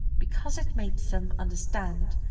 because it made them understand,